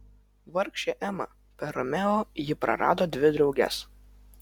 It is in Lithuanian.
vargšė ema per romeo ji prarado dvi drauges